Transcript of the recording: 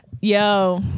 Yo